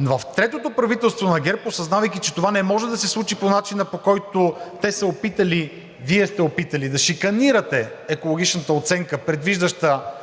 В третото правителство на ГЕРБ, осъзнавайки че това не може да се случи по начина, по който те са опитали – Вие сте опитали да шиканирате екологичната оценка, предвиждаща или тунел,